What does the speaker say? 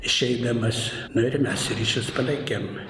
išeidamas nu ir mes ryšius palaikėm